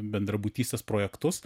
bendrabutystės projektus